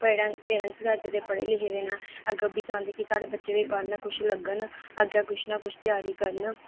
पढ़न पेरेंटस बी अज्ज दे पढ़े लिखे दे न अग्गें ओह् बी चांह्दे कि साढ़े बच्चे बी पढ़न कुछ लग्गन अग्गें कुछ ना कुछ त्यारी करन